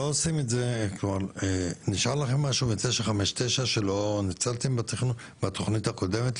לכם משהו מ-959 שלא ניצלתם בתכנית הקודמת,